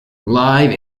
live